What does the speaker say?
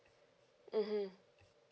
mmhmm